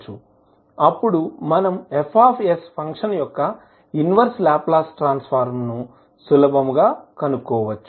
అప్పుడు మనం F function యొక్క ఇన్వర్స్ లాప్లాస్ ట్రాన్స్ ఫార్మ్ ను సులభంగా కనుగొనవచ్చు